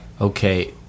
Okay